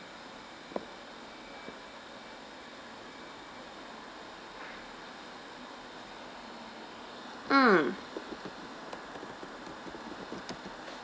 mm